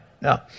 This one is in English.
No